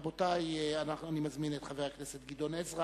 רבותי, אני מזמין את חבר הכנסת גדעון עזרא